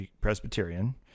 Presbyterian